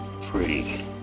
free